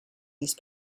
these